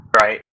right